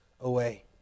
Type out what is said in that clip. away